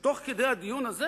שתוך כדי הדיון הזה